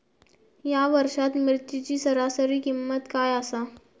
या वर्षात मिरचीची सरासरी किंमत काय आसा?